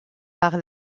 par